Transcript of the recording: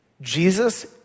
Jesus